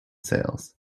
sales